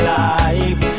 life